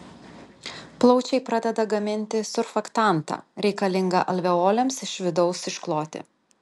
plaučiai pradeda gaminti surfaktantą reikalingą alveolėms iš vidaus iškloti